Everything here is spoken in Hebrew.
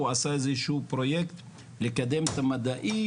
עשה איזשהו פרויקט לקדם את המדעים,